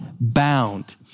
bound